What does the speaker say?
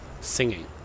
singing